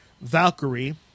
Valkyrie